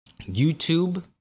YouTube